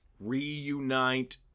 reunite